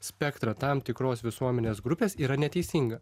spektrą tam tikros visuomenės grupės yra neteisinga